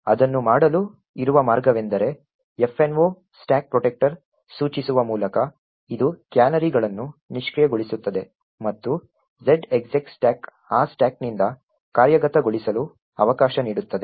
ಅದನ್ನು ಮಾಡಲು ಇರುವ ಮಾರ್ಗವೆಂದರೆ fno stack protector ಸೂಚಿಸುವ ಮೂಲಕ ಇದು ಕ್ಯಾನರಿಗಳನ್ನು ನಿಷ್ಕ್ರಿಯಗೊಳಿಸುತ್ತದೆ ಮತ್ತು z execstack ಆ ಸ್ಟಾಕ್ನಿಂದ ಕಾರ್ಯಗತಗೊಳಿಸಲು ಅವಕಾಶ ನೀಡುತ್ತದೆ